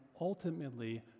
ultimately